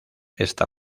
esta